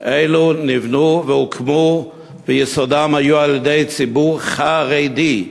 אלו נבנו והוקמו וייסודן היה על-ידי ציבור חרדי.